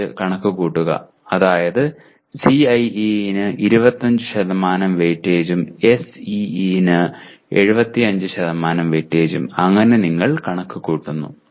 25 കണക്കുകൂട്ടുക അതായത് CIE ന് 25 വെയിറ്റേജും SEE ന് 75 അങ്ങനെ നിങ്ങൾ കണക്കുകൂട്ടുന്നു